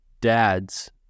dads